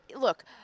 look